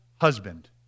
husband